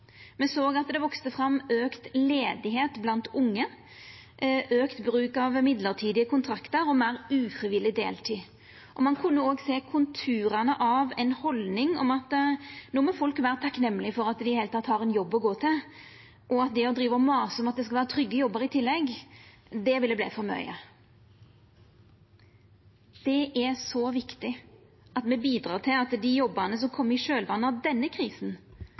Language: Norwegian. Me såg at det voks fram auka arbeidsløyse blant unge, auka bruk av midlertidige kontraktar og meir ufrivillig deltid. Ein kunne òg sjå konturane av ei haldning om at folk no måtte vera takknemlege for at dei i det heile teke hadde ein jobb å gå til, og at det å driva og masa om at det måtte vera trygge jobbar i tillegg, ville verta for mykje. Det er så viktig at me bidreg til at dei jobbane som kjem i kjølvatnet av denne